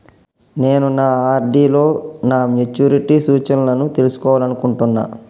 నేను నా ఆర్.డి లో నా మెచ్యూరిటీ సూచనలను తెలుసుకోవాలనుకుంటున్నా